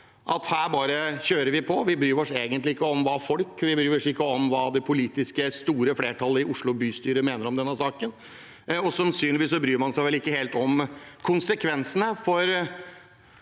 at her bare kjører vi på, vi bryr oss egentlig ikke om hva folk eller det store politiske flertallet i Oslo bystyre mener om denne saken. Sannsynligvis bryr man seg heller ikke helt om konsekvensene for